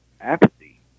apathy